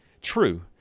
True